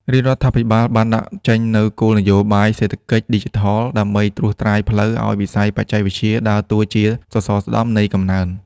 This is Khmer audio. រាជរដ្ឋាភិបាលបានដាក់ចេញនូវគោលនយោបាយសេដ្ឋកិច្ចឌីជីថល ដើម្បីត្រួសត្រាយផ្លូវឱ្យវិស័យបច្ចេកវិទ្យាដើរតួជាសសរស្តម្ភនៃកំណើន។